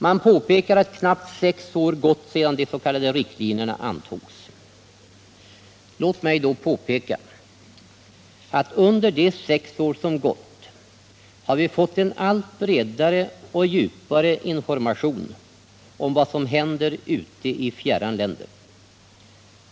Man hänvisar till att knappt sex år gått sedan de s.k. riktlinjerna antogs. Låt mig då påpeka att under de sex år som gått har vi fått en allt bredare och djupare information om vad som händer ute i fjärran länder.